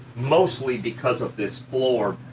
mostly because of this floor,